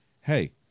hey